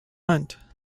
hunt